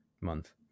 month